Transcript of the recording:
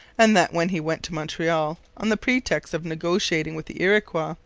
and that when he went to montreal on the pretext of negotiating with the iroquois,